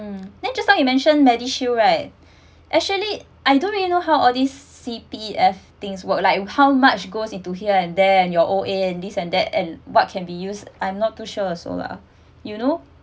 um then just now you mention medishield right actually I don't really know how all these C_P_F things work like how much goes into here and there and your O_A and this and that and what can be used I'm not too sure also lah you know